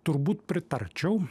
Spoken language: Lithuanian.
turbūt pritarčiau